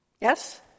Yes